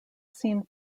seen